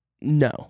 No